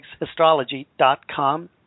Astrology.com